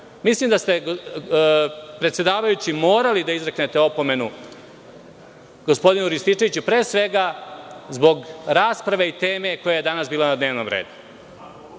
način? Mislim da ste, predsedavajući, morali da izreknete opomenu gospodinu Rističeviću, pre svega zbog rasprave i teme koja je danas bila na dnevnom redu.